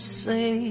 say